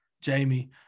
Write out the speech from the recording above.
Jamie